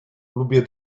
lubię